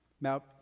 Now